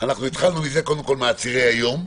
אנחנו התחלנו קודם כל מעצירי היום,